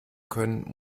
können